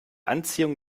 anziehung